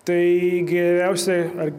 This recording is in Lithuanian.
tai geriausia ar